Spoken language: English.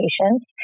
patients